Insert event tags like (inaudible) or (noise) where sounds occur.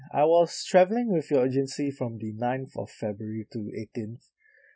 I was travelling with your agency from the ninth of february to eighteenth (breath)